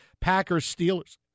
Packers-Steelers